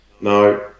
No